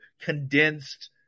condensed